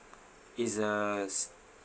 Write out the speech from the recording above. is a